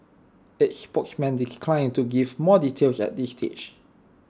its spokesman declined to give more details at this stage